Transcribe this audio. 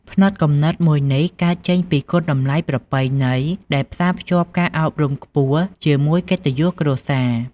ផ្នត់គំនិតមួយនេះកើតចេញពីគុណតម្លៃប្រពៃណីដែលផ្សាភ្ជាប់ការអប់រំខ្ពស់ជាមួយកិត្តិយសគ្រួសារ។